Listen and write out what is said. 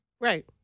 Right